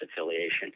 affiliation